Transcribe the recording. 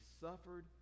suffered